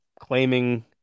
claiming